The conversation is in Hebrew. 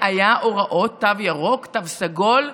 היו הוראות תו ירוק, תו סגול,